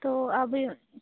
تو ابھی